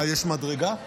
יש מדרגה?